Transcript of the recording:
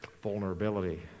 vulnerability